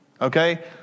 Okay